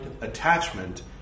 attachment